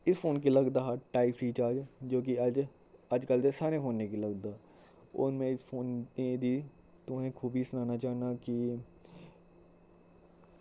इस फोन कि लगदा हा टाईप सी चार्जर जो कि अज अजकल्ल दे सारें फोनें कि लगदा और में इस फोने दी तुसें खूबी सनाना चाह्नां की